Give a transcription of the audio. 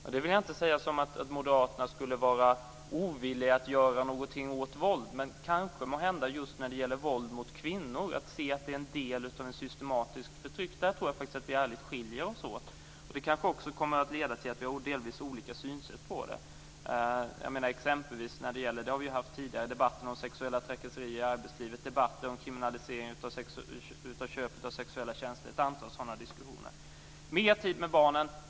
Därmed säger jag inte att moderaterna skulle vara ovilliga att göra någonting mot våldet, men kanske skulle de behöva se att våld mot kvinnor är en del i ett systematiskt förtryck. Där skiljer vi oss åt. Det kommer att leda till delvis olika synsätt. Det har vi haft i tidigare debatter om sexuella trakasserier i arbetslivet och kriminalisering av köp av sexuella tjänster.